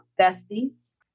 besties